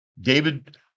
David